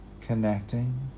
Connecting